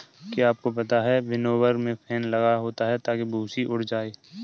क्या आपको पता है विनोवर में फैन लगा होता है ताकि भूंसी उड़ जाए?